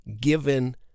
given